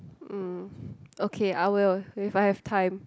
mm okay I will if I have time